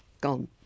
gone